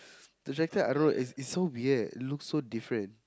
the tractor I don't know it it's so weird it looks so different